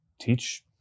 teach